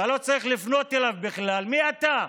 ואתה לא צריך לפנות אליו בכלל, מי אתה,